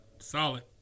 solid